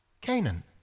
Canaan